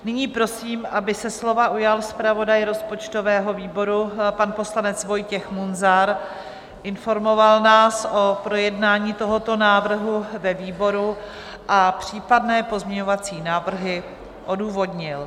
Nyní prosím, aby se slova ujal zpravodaj rozpočtového výboru pan poslanec Vojtěch Munzar, informoval nás o projednání tohoto návrhu ve výboru a případné pozměňovací návrhy odůvodnil.